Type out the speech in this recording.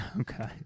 Okay